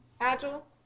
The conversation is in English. Agile